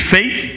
Faith